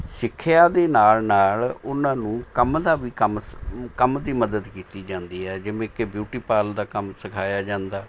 ਸਿੱਖਿਆ ਦੇ ਨਾਲ ਨਾਲ ਉਹਨਾਂ ਨੂੰ ਕੰਮ ਦਾ ਵੀ ਕੰਮ ਸ ਕੰਮ ਦੀ ਮਦਦ ਕੀਤੀ ਜਾਂਦੀ ਹੈ ਜਿਵੇਂ ਕਿ ਬਿਊਟੀ ਪਾਰਲ ਦਾ ਕੰਮ ਸਿਖਾਇਆ ਜਾਂਦਾ